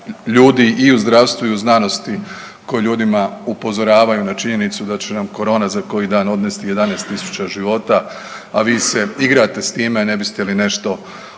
ljudi i u zdravstvu i u znanosti koji ljudima upozoravaju na činjenicu da će na korona za koji dan odnesti 11.000 života, a vi ste igrate s time ne biste li nešto u vašim